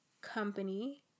company